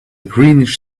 greenish